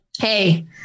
hey